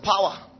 power